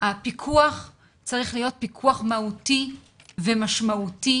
- הפיקוח צריך להיות פיקוח מהותי ומשמעותי